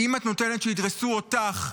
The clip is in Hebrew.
אם את נותנת שידרסו אותם,